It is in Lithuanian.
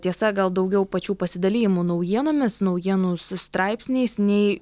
tiesa gal daugiau pačių pasidalijimų naujienomis naujienų sa straipsniais nei